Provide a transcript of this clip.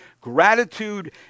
gratitude